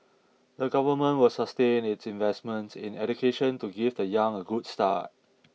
the government will sustain its investments in education to give the young a good start